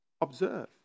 observe